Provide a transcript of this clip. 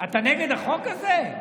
אתה נגד החוק הזה?